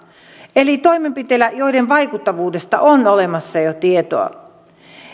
eli toimenpiteillä joiden vaikuttavuudesta on olemassa jo tietoa